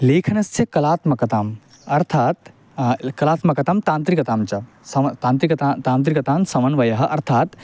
लेखनस्य कलात्मकताम् अर्थात् कलात्मकतां तान्त्रिकतां च सम तान्त्रिकतां तान्त्रिकतां समन्वयः अर्थात्